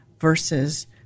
versus